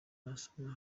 nasomye